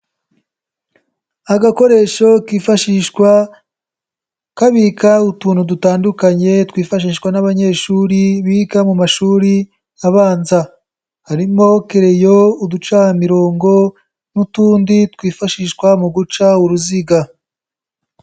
Agakoresho kifashishwa kabika utuntu dutandukanye twifashishwa n'abanyeshuri biga mu mashuri abanza. Harimo kereyo, uducamirongo n'utundi twifashishwa mu guca uruziga.